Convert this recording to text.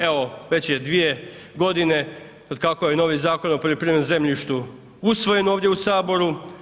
Evo već je dvije godine od kako je novi Zakon o poljoprivrednom zemljištu usvojen ovdje u Saboru.